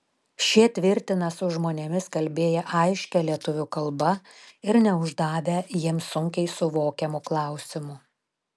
šie tvirtina su žmonėmis kalbėję aiškia lietuvių kalba ir neuždavę jiems sunkiai suvokiamų klausimų